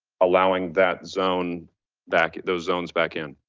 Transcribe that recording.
allowing that zone back, those zones back in?